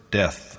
death